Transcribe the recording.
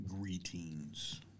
Greetings